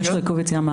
כן.